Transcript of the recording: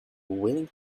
willing